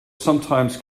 sometimes